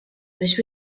biex